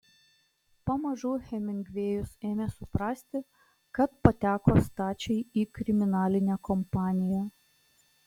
pamažu hemingvėjus ėmė suprasti kad pateko stačiai į kriminalinę kompaniją